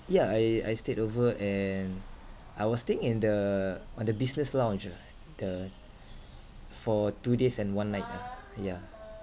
yeah I I stayed over and I was staying in the on the business lounge ah the for two days and one night ah yeah